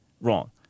wrong